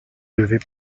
devait